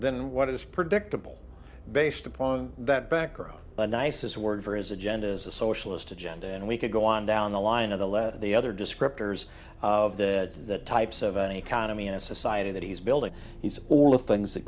than what is predictable based upon that background a nice word for his agenda is a socialist agenda and we could go on down the line of the left the other descriptors of the types of an economy in a society that he's building he's all the things that